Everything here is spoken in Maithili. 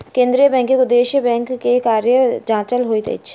केंद्रीय बैंकक उदेश्य बैंक के कार्य जांचक होइत अछि